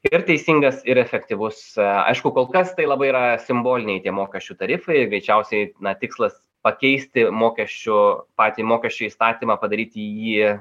ir teisingas ir efektyvus aišku kol kas tai labai yra simboliniai tie mokesčių tarifai greičiausiai na tikslas pakeisti mokesčių patį mokesčių įstatymą padaryti jie